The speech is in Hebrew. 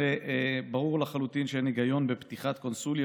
הרי ברור לחלוטין שאין היגיון בפתיחת קונסוליה